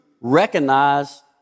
recognize